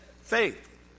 faith